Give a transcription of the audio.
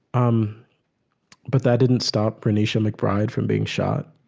um but that didn't stop renisha mcbride from being shot.